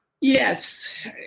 Yes